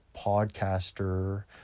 podcaster